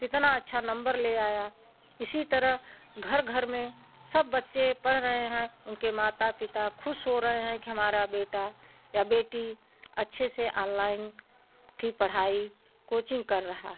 कितना अच्छा नंबर ले आया इसी तरह घर घर में सब बच्चे पढ़ रहे हैं उनके माता पिता खुश हो रहे हैं कि हमारा बेटा या बेटी अच्छे से आनलाइन की पढ़ाई कोचिंग कर रहा है